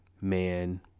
man